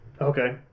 Okay